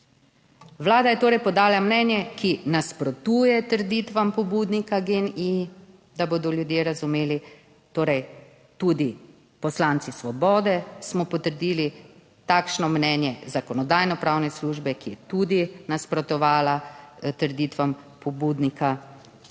Vlada je torej podala mnenje, ki nasprotuje trditvam pobudnika Gen-I, da bodo ljudje razumeli. Torej tudi poslanci Svobode smo potrdili takšno mnenje Zakonodajno-pravne službe, ki je tudi nasprotovala trditvam pobudnika,